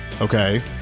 Okay